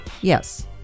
yes